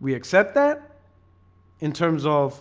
we accept that in terms of